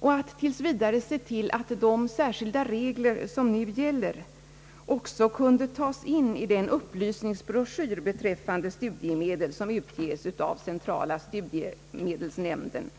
och att tills vidare se till att de särskilda regler som nu gäller också kunde tas in i den upplysningsbroschyr beträffande studiemedel som utges av centrala studiemedelsnämnden.